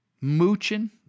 Mooching